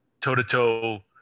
toe-to-toe